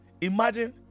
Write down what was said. imagine